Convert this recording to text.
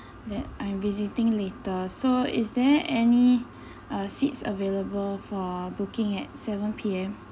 that I'm visiting later so is there any uh seats available for booking at seven P_M